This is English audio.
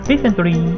Recently